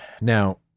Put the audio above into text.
Now